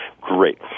Great